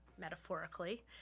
metaphorically